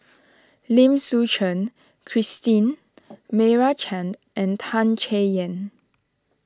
Lim Suchen Christine Meira Chand and Tan Chay Yan